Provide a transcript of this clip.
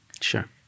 sure